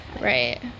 right